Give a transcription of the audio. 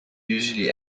usually